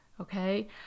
Okay